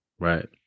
Right